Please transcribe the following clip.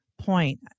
point